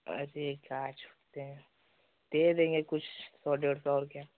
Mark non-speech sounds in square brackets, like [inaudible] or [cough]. अजी क्या [unintelligible] दे देंगे कुछ सौ डेढ़ सौ और क्या